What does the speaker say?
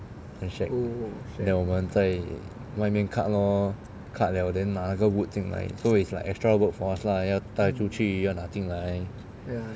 damn shag then 我们在外面 cut lor cut 了 then 拿那个 wood 进来 so is like extra work for us lah 要带出去要拿进来